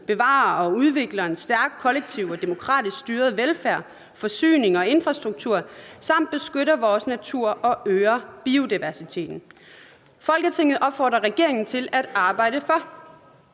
bevarer og udvikler en stærk kollektiv og demokratisk styret velfærd, forsyning og infrastruktur samt beskytter vores natur og øger biodiversiteten. Folketinget opfordrer regeringen til at arbejde for: